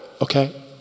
okay